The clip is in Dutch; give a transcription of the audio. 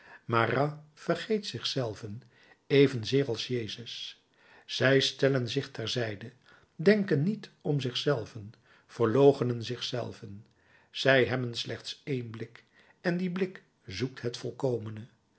marat vergeet zich zelven evenzeer als jezus zij stellen zich ter zijde denken niet om zich zelven verloochenen zich zelven zij hebben slechts één blik en die blik zoekt het volkomene